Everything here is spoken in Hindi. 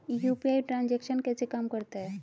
यू.पी.आई ट्रांजैक्शन कैसे काम करता है?